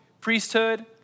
priesthood